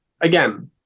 again